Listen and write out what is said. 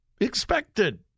expected